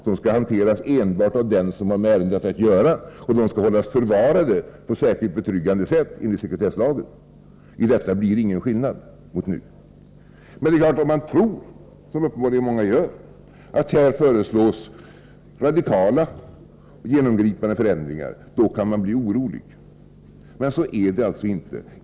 De skall hanteras enbart av den som har med ärendet att göra, och de skall hållas förvarade på ett säkert och betryggande sätt enligt sekretesslagen. I detta avseende blir det ingen skillnad mot vad som nu gäller. Men det är klart att om man tror, som uppenbarligen många gör, att här föreslås radikala och genomgripande förändringar, då kan man bli orolig. Men så är det alltså inte.